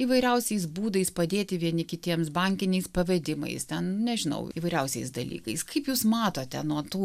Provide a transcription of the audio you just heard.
įvairiausiais būdais padėti vieni kitiems bankiniais pavedimais ten nežinau įvairiausiais dalykais kaip jūs matote nuo tų